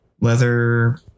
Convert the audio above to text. leather